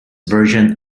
version